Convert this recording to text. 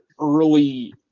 early